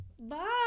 bye